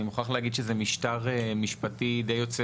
אני מוכרח להגיד שזה משטר משפטי די יוצא